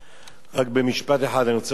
רק במשפט אחד אני רוצה לומר,